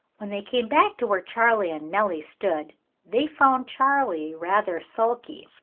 when they came back to where charley and nellie stood they found charley rather sulky.